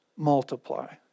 multiply